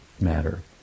matter